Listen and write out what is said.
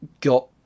got